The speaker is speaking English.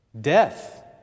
death